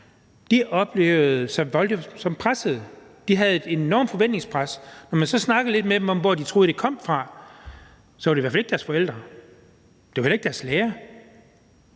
de oplevede sig som pressede, de havde et enormt forventningspres, men når man så snakkede lidt med dem om, hvor de troede det kom fra, var det i hvert fald ikke deres forældre, det var heller ikke deres lærer,